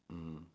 mm